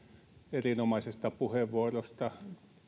erinomaisesta puheenvuorosta